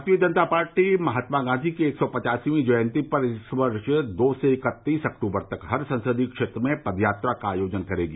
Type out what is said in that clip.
भारतीय जनता पार्टी महात्मा गांधी की एक सौ पचासवीं जयन्ती पर इस वर्ष दो से इक्कतीस अक्टूबर तक हर संसदीय क्षेत्र में पदयात्रा का आयोजन करेगी